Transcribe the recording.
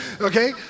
Okay